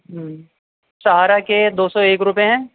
سہارا کے دو سو ایک روپیے ہیں